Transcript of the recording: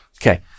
okay